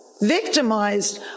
victimized